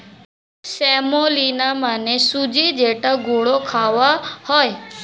semolina মানে সুজি যেটা গুঁড়ো খাওয়া হয়